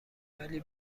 ولی